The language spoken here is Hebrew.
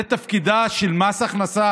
זה תפקידו של מס הכנסה?